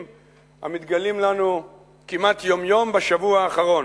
המתגלים לנו כמעט יום-יום בשבוע האחרון: